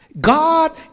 God